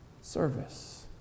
service